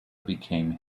became